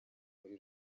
muri